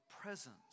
presence